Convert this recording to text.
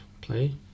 play